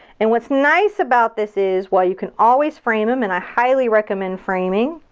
and what's nice about this is while you can always frame them, and i highly recommend framing.